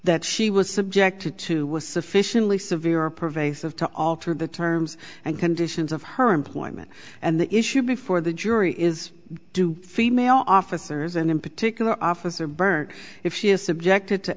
that she was subjected to was sufficiently severe or pervasive to alter the terms and conditions of her employment and the issue before the jury is do female officers and in particular officer burn if she is subjected to